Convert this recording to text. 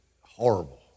horrible